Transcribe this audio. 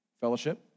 Fellowship